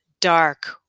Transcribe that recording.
dark